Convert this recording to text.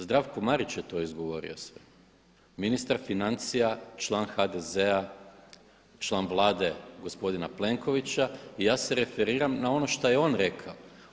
Zdravko Marić je to izgovorio sve, ministar financija, član HDZ-a, član Vlade gospodina Plenkovića i ja se referiram na ono što je on rekao.